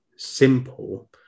simple